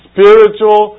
Spiritual